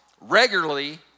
regularly